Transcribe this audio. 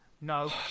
No